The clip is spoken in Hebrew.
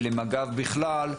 ולמג"ב בכלל,